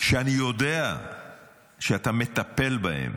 שאני יודע שאתה מטפל בהם,